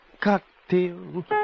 cocktail